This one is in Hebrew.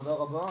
תודה רבה,